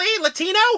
latino